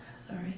sorry